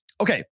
Okay